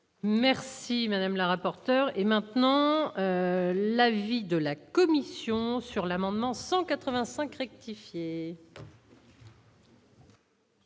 Merci madame la rapporteure et maintenant l'avis de la commission sur l'amendement 185 rectifier.